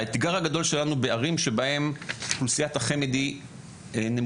האתגר הגדול שלנו בערים שבהן אוכלוסיית החמ"ד היא נמוכה,